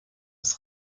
des